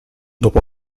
dopo